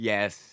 Yes